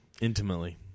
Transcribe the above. Intimately